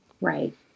Right